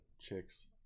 chicks